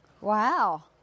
Wow